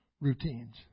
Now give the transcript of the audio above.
routines